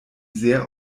sehr